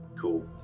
Cool